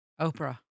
Oprah